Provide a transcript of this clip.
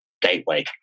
Gateway